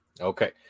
Okay